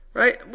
right